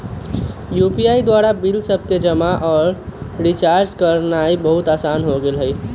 UPI द्वारा bill सभके जमा आऽ रिचार्ज करनाइ बहुते असान हो गेल हइ